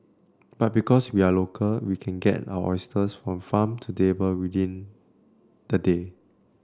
but because we are local we can get our oysters from farm to table within the day